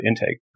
intake